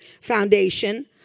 foundation